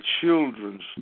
children's